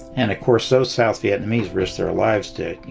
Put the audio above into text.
and of course, those south vietnamese risked their lives to